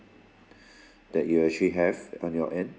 that you actually have on your end